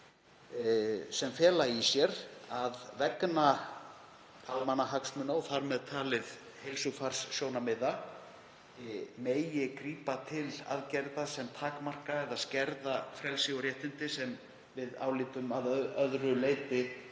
sem fela í sér að vegna almannahagsmuna, og þar með talið heilsufarssjónarmiða, megi grípa til aðgerða sem takmarka eða skerða frelsi og réttindi sem við álítum að öðru leyti